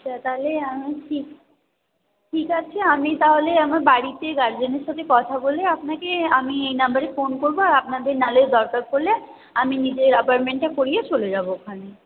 আচ্ছা তাহলে আমি ঠিক ঠিক আছে আমি তাহলে আমার বাড়িতে গার্জেনের সাথে কথা বলে আপনাকে আমি এই নাম্বারে ফোন করব আর আপনাদের না হলে দরকার পড়লে আমি নিজে অ্যাপয়েন্টমেন্টটা করিয়ে চলে যাব ওখানে